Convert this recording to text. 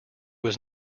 was